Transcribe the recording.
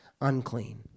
unclean